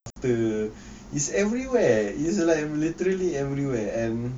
after is everywhere is like I'm literally everywhere and